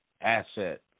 asset